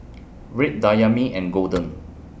Red Dayami and Golden